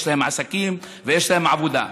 יש להם עסקים ויש להם עבודה.